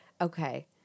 Okay